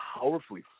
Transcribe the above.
powerfully